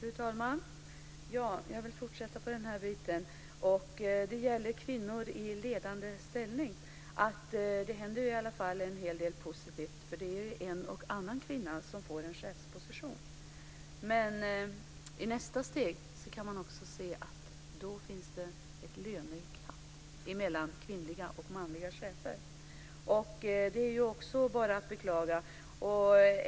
Fru talman! Jag vill fortsätta tala om kvinnor i ledande ställning. Det händer ju en hel del positivt, för det är en och annan kvinna som får en chefsposition. Men i nästa steg kan man se att det då finns ett löneglapp mellan kvinnliga och manliga chefer. Det är bara att beklaga.